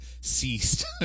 ceased